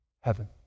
heaven